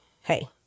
hey